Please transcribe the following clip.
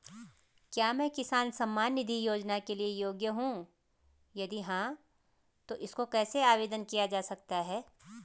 क्या मैं किसान सम्मान निधि योजना के लिए योग्य हूँ यदि हाँ तो इसको कैसे आवेदन किया जा सकता है?